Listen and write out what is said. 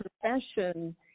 profession